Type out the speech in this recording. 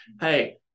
hey